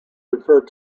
referred